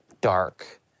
dark